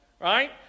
right